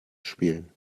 spielen